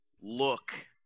look